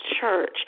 church